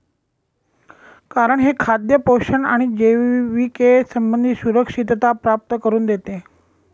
कारण हे खाद्य पोषण आणि जिविके संबंधी सुरक्षितता प्राप्त करून देते